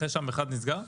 אחרי שהמכרז נסגר?